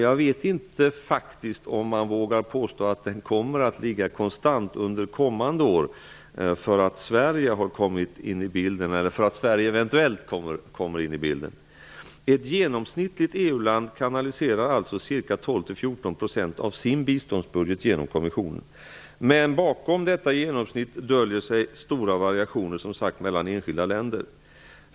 Jag vet inte om man vågar påstå att den kommer att vara konstant under kommande år just därför att Sverige eventuellt kommer in i bilden. Ett genomsnittligt EU-land kanaliserar alltså 12-- Men bakom detta genomsnitt döljer sig stora variationer mellan enskilda länder.